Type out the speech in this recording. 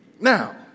Now